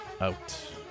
out